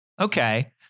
Okay